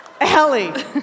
Allie